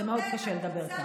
זה מאוד קשה לדבר ככה.